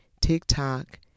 TikTok